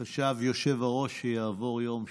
חשב היושב-ראש שיעבור יום שקט,